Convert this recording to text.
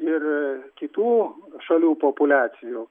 ir kitų šalių populiacijų